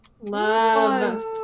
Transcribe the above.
Love